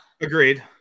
agreed